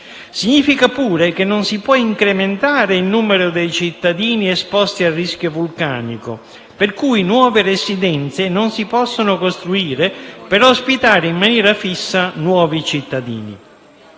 Significa pure che non si può incrementare il numero dei cittadini esposti al rischio vulcanico, per cui non si possono costruire nuove residenze per ospitare in maniera fissa nuovi cittadini.